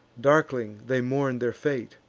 darkling they mourn their fate,